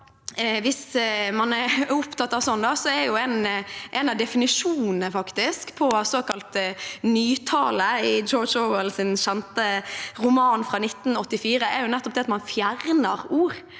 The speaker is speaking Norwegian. en av definisjonene på såkalt nytale i George Orwells kjente roman «1984» nettopp det at man fjerner ord,